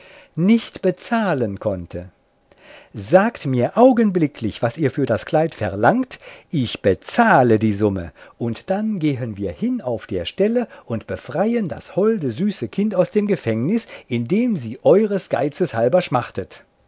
nicht bezahlen konnte sagt mir augenblicklich was ihr für das kleid verlangt ich bezahle die summe und dann gehen wir hin auf der stelle und befreien das holde süße kind aus dem gefängnis in dem sie eures geizes halber schmachtet